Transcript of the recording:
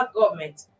government